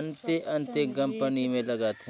अन्ते अन्ते कंपनी में लगाथें